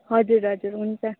हजुर हजुर हुन्छ